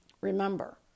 remember